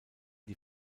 die